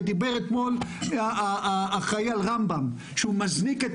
ודיבר אתמול האחראי על רמב"ם שהוא מזניק את